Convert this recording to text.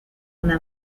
una